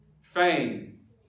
fame